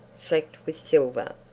flecked with silver,